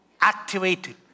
Activated